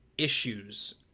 Issues